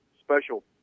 Special